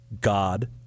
God